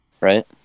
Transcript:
right